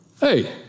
Hey